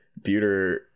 buter